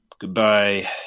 Goodbye